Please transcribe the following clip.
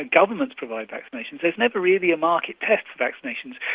ah governments provide vaccinations. there's never really a market test for vaccinations,